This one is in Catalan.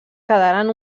quedaren